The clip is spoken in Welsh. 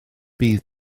bydd